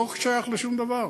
לא שייך לשום דבר.